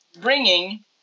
bringing